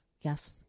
Yes